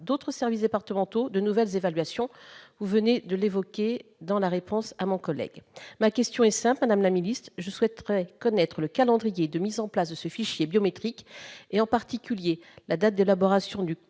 d'autres services départementaux de nouvelles évaluations. Vous venez de l'évoquer dans votre réponse à Loïc Hervé. Madame la ministre, je souhaite connaître le calendrier de la mise en place de ce fichier biométrique, en particulier la date d'élaboration du